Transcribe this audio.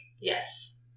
yes